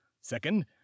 Second